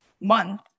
month